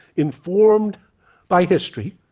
informed by history,